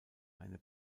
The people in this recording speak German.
eine